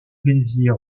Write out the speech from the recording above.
plaisir